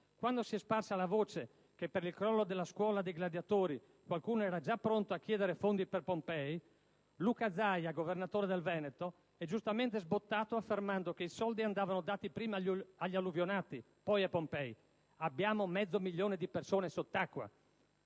Quando si è sparsa la voce che dopo il crollo della Scuola dei gladiatori qualcuno era già pronto a chiedere fondi per Pompei, Luca Zaia, governatore del Veneto, è giustamente sbottato affermando che i soldi andavano dati prima agli alluvionati, poi a Pompei e dicendo: «Abbiamo mezzo milione di persone sott'acqua»,